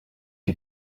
you